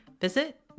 visit